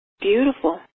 Beautiful